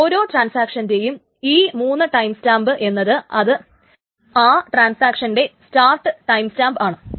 ഓരോ ട്രാൻസാക്ഷൻറെയും ഈ മൂന്ന് ടൈം സ്റ്റാമ്പ് എന്നത് അത് ആ ട്രാൻസാക്ഷൻറെ സ്റ്റാർട്ട് ടൈംസ്റ്റാമ്പ് ആണ്